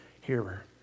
hearer